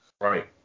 Right